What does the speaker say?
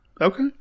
okay